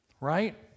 right